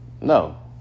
no